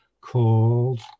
called –